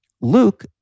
Luke